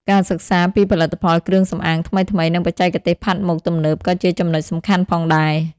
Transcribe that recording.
ការសិក្សាពីផលិតផលគ្រឿងសម្អាងថ្មីៗ និងបច្ចេកទេសផាត់មុខទំនើបក៏ជាចំណុចសំខាន់ផងដែរ។